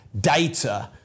data